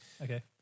Okay